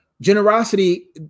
Generosity